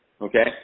okay